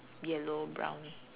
yellow brown